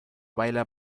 baila